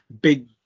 Big